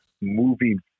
moving